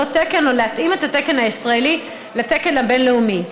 תקן או להתאים את התקן הישראלי לתקן הבין-לאומי.